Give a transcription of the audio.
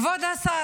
כבוד השר,